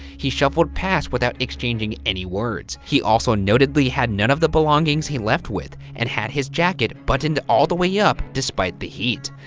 he shuffled past without exchanging any words, he also notedly had none of the belongings he left with, and had his jacket buttoned all the way up despite the heat.